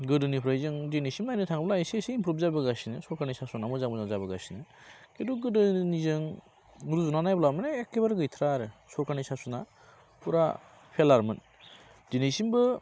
गोदोनिफ्राय जों दिनैसिम नायनो थाङोबा एसे एसे इमप्रुभ जाबोगासिनो सरखारनि सास'ना मोजां मोजां जाबोगासिनो खिन्थु गोदोनिजों रुजुना नायब्ला माने एखेबारे गैथ्रा आरो सरखारनि सास'ना फुरा फेइलार मोन दिनैसिमबो